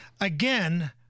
again